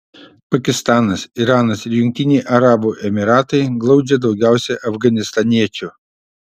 pakistanas iranas ir jungtiniai arabų emyratai glaudžia daugiausiai afganistaniečių